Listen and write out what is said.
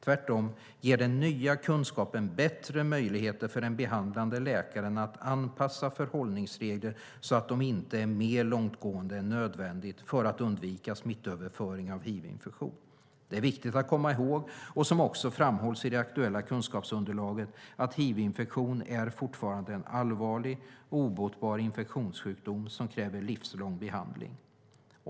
Tvärtom ger den nya kunskapen bättre möjligheter för den behandlande läkaren att anpassa förhållningsregler så att de inte är mer långtgående än nödvändigt för att undvika smittöverföring av hivinfektion. Det är viktigt att komma ihåg, vilket också framhålls i det aktuella kunskapsunderlaget, att hivinfektion fortfarande är en allvarlig och obotbar infektionssjukdom som kräver livslång behandling.